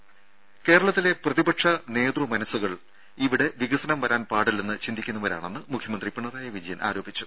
രംഭ കേരളത്തിലെ പ്രതിപക്ഷ നേതൃ മനസുകൾ ഇവിടെ വികസനം വരാൻ പാടില്ലെന്ന് ചിന്തിക്കുന്നവരാണെന്ന് മുഖ്യമന്ത്രി പിണറായി വിജയൻ ആരോപിച്ചു